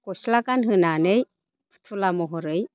गस्ला गानहोनानै फुथुला महरै